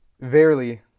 verily